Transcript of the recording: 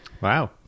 Wow